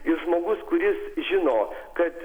ir žmogus kuris žino kad